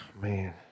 Man